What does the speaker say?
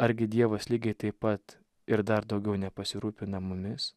argi dievas lygiai taip pat ir dar daugiau nepasirūpina mumis